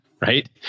right